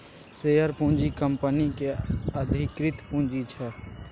share पूँजी कंपनीक अधिकृत पुंजी छै